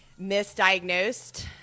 misdiagnosed